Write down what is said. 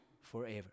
forever